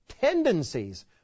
Tendencies